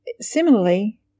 Similarly